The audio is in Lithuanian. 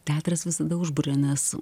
teatras visada užburia nes